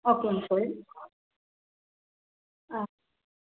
ஓகேங்க சார் ஆ